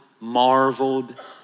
marveled